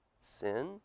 Sin